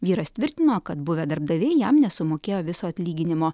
vyras tvirtino kad buvę darbdaviai jam nesumokėjo viso atlyginimo